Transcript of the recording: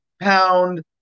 pound